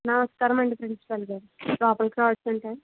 నమస్కారం అండి ప్రిన్సిపాల్ గారు లోపలికి రావచ్చా సార్